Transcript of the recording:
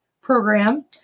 program